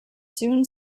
soon